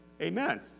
Amen